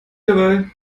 dabei